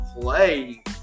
play